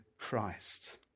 Christ